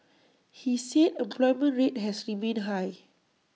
he said employment rate has remained high